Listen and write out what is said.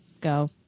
go